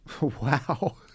wow